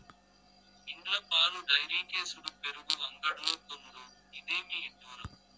ఇండ్ల పాలు డైరీకేసుడు పెరుగు అంగడ్లో కొనుడు, ఇదేమి ఇడ్డూరం